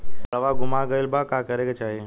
काडवा गुमा गइला पर का करेके चाहीं?